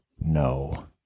No